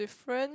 friend